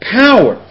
power